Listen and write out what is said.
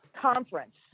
conference